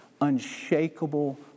unshakable